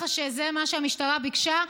שזה מה שהמשטרה ביקשה,